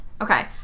Okay